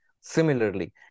Similarly